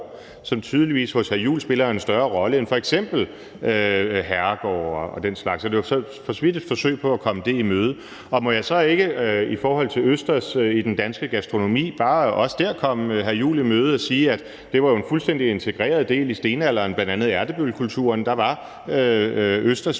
som tydeligvis hos hr. Christian Juhl spiller en større rolle end f.eks. herregårde og den slags. Så det var for så vidt et forsøg på at komme det i møde. Og må jeg så ikke i forhold til østers i den danske gastronomi bare også der komme hr. Christian Juhl i møde og sige, at det jo var en fuldstændig integreret del i stenalderen, bl.a. i Ertebøllekulturen var